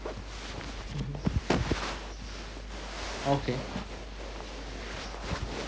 mmhmm okay